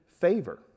favor